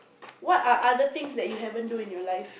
what are other things that you haven't do in your life